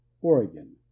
Oregon